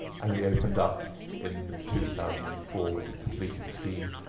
and we opened up in two thousand and four with the completed scheme,